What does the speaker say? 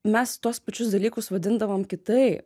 mes tuos pačius dalykus vadindavom kitaip